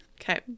Okay